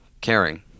caring